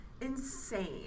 insane